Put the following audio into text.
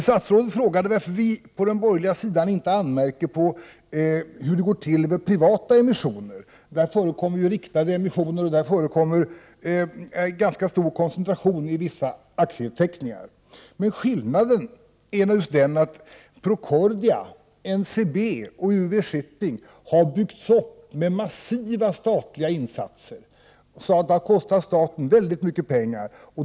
Statsrådet frågade varför vi på den borgerliga sidan inte anmärker på hur det går till vid privata emissioner. Där förekommer riktade emissioner och ganska stor koncentration vid vissa aktieteckningar. Skillnaden är just den att Procordia, NCB och UV-Shipping har byggts upp med massiva statliga insatser. Det har kostat staten väldigt mycket pengar.